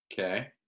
okay